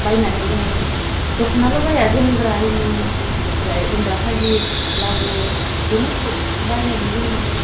बायनानै जों दख'नाल' बाया जोमग्रा हिनु ओमफ्राय जोमग्रा फालि ब्लाउस बिदिनो सब बायनानै जों माने